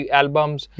albums